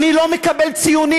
אני לא מקבל ציונים,